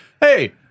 hey